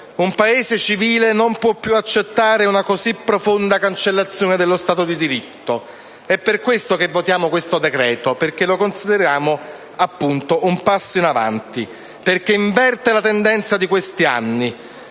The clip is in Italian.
Un Paese civile non può più accettare una così profonda cancellazione dello Stato di diritto. È per questo che votiamo questo decreto, perché lo consideriamo appunto un passo avanti, perché inverte la tendenza di questi anni,